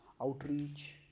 outreach